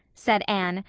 said anne,